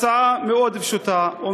הצעה פשוטה מאוד,